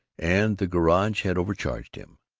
and the garage had overcharged him.